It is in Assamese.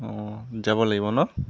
অ' যাব লাগিব ন